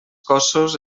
cossos